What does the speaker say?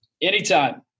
Anytime